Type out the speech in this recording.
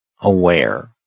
aware